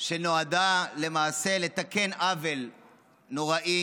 שנועדה למעשה לתקן עוול נוראי